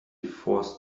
force